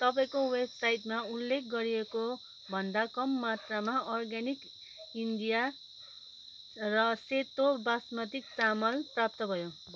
तपाईँको वेबसाइटमा उल्लेख गरिएको भन्दा कम मात्रामा अर्ग्यानिक इन्डिया र सेतो बासमती चामल प्राप्त भयो